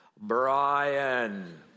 Brian